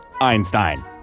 Einstein